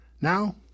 now